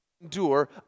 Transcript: endure